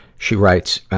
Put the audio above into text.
she writes,